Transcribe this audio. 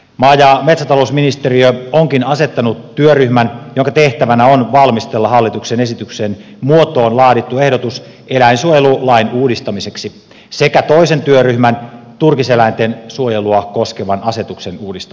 maa ja metsätalousministeriö onkin asettanut työryhmän jonka tehtävänä on valmistella hallituksen esityksen muotoon laadittu ehdotus eläinsuojelulain uudistamiseksi sekä toisen työryhmän turkiseläinten suojelua koskevan asetuksen uudistamiseksi